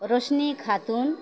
Roshni Khatun